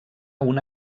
una